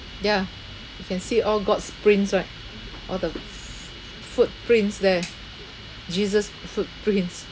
ya you can see all god's prints right all the f~ f~ footprints there jesus' footprints